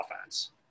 offense